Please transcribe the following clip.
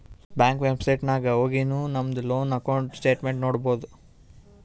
bank website ನಾಗ್ ಹೊಗಿನು ನಮ್ದು ಲೋನ್ ಅಕೌಂಟ್ ಸ್ಟೇಟ್ಮೆಂಟ್ ನೋಡ್ಬೋದು